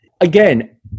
Again